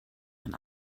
ein